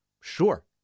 Sure